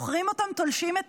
זוכרים אותם תולשים את